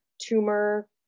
tumor